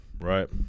right